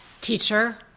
teacher